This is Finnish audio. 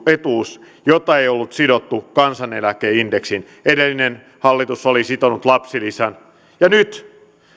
etuus jota ei ollut sidottu kansaneläkeindeksiin edellinen hallitus oli sitonut lapsilisän ja nyt